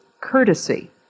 courtesy